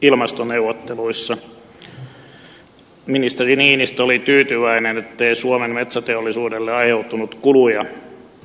näissä ilmastoneuvotteluissa ministeri niinistö oli tyytyväinen ettei suomen metsäteollisuudelle aiheutunut kuluja